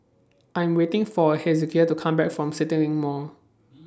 I'm waiting For Hezekiah to Come Back from CityLink Mall